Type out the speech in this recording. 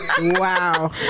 Wow